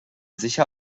sicher